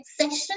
session